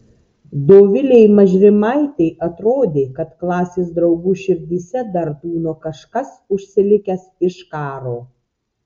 dovilei mažrimaitei atrodė kad klasės draugų širdyse dar tūno kažkas užsilikęs iš karo